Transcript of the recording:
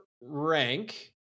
rank